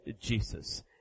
Jesus